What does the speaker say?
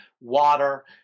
water